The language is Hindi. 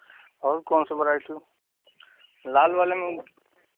और कौन सा भराइएटयू लाल वाले में वह